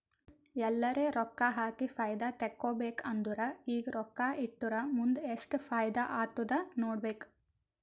ಎಲ್ಲರೆ ರೊಕ್ಕಾ ಹಾಕಿ ಫೈದಾ ತೆಕ್ಕೋಬೇಕ್ ಅಂದುರ್ ಈಗ ರೊಕ್ಕಾ ಇಟ್ಟುರ್ ಮುಂದ್ ಎಸ್ಟ್ ಫೈದಾ ಆತ್ತುದ್ ನೋಡ್ಬೇಕ್